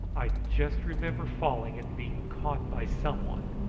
i just remember falling and being caught by some one,